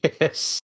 Yes